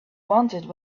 wanted